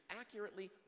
accurately